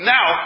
Now